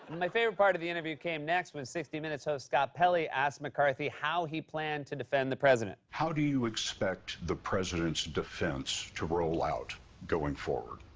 my favorite part of the interview came next when sixty minutes host scott pelley asked mccarthy how he planned to defend the president. how do you expect the president's defense to roll out going forward?